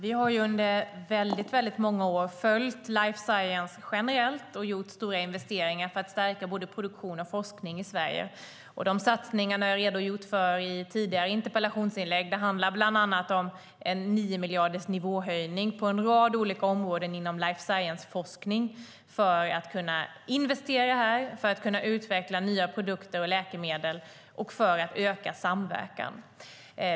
Herr talman! Vi har under många år följt life science generellt och gjort stora investeringar för att stärka både produktion och forskning i Sverige. Jag har redogjort satsningarna i tidigare interpellationsdebatter. Det handlar bland annat om en 9 miljarders nivåhöjning på en rad olika områden inom life science-forskning för att kunna investera här och utveckla nya produkter och läkemedel och för att öka samverkan.